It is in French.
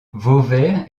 vauvert